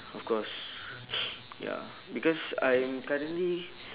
of course ya because I'm currently